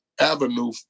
avenue